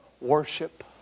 Worship